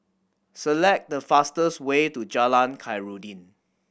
select the fastest way to Jalan Khairuddin